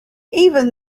even